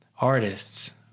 artists